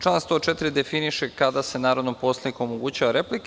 Član 104. definiše kada se narodnom poslaniku omogućava replika.